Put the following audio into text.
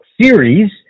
series